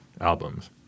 albums